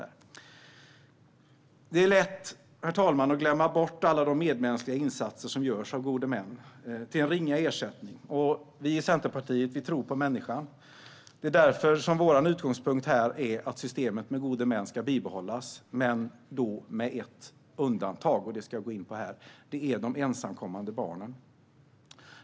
Det är lätt, herr talman, att glömma bort alla de medmänskliga insatser som görs av gode män till en ringa ersättning, och vi i Centerpartiet tror på människan. Därför är vår utgångspunkt att systemet med gode män ska bibehållas, men med ett undantag: de ensamkommande barnen.